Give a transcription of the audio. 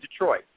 Detroit